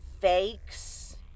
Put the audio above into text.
Fakes